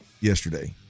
yesterday